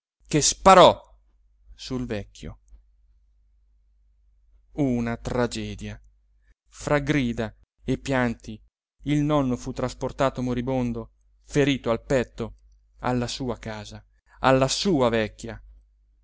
che sparò sul vecchio una tragedia fra grida e pianti il nonno fu trasportato moribondo ferito al petto alla sua casa alla sua vecchia